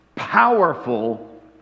powerful